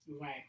Right